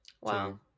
wow